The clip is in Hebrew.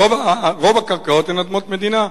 רוב הקרקעות הן אדמות מדינה.